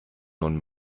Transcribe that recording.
nun